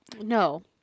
No